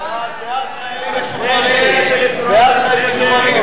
רכישת השכלה), לשנת התקציב 2011,